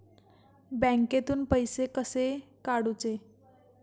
बँकेतून पैसे कसे काढूचे?